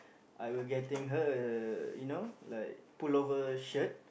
I will getting her a you know like pullover shirt